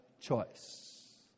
choice